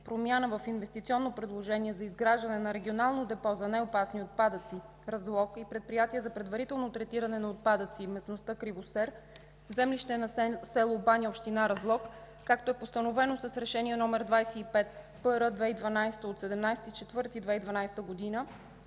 промяна в инвестиционно предложение за изграждане на Регионално депо за неопасни отпадъци – Разлог, и Предприятие за предварително третиране на отпадъци в местността „Кривосер” в землището на село Баня, община Разлог, както е постановено с Решение № 25-ПР от 17 април 2012 г. за